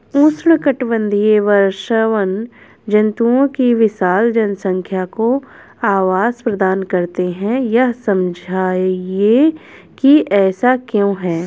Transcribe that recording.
उष्णकटिबंधीय वर्षावन जंतुओं की विशाल जनसंख्या को आवास प्रदान करते हैं यह समझाइए कि ऐसा क्यों है?